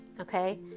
okay